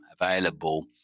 available